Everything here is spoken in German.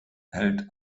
hält